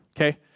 Okay